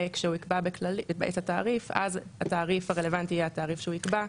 וכשהוא יקבע את התעריף אז התעריף הרלוונטי יהיה התעריף שהוא יקבע,